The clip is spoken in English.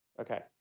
Okay